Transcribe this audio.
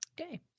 Okay